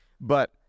But-